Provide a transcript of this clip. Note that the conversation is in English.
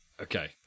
Okay